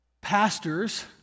Pastors